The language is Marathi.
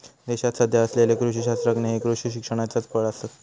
देशात सध्या असलेले कृषी शास्त्रज्ञ हे कृषी शिक्षणाचाच फळ आसत